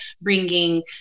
bringing